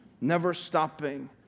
never-stopping